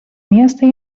miestą